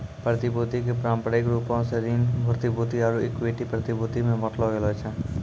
प्रतिभूति के पारंपरिक रूपो से ऋण प्रतिभूति आरु इक्विटी प्रतिभूति मे बांटलो गेलो छै